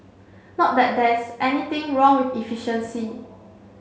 not that there's anything wrong with efficiency